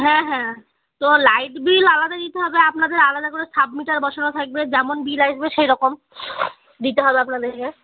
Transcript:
হ্যাঁ হ্যাঁ তো লাইট বিল আলাদা দিতে হবে আপনাদের আলাদা করে সাব মিটার বসানো থাকবে যেমন বিল আসবে সেরকম দিতে হবে আপনাদেরকে